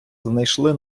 знайшли